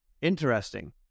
interesting